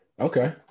okay